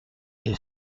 est